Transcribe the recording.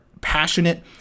passionate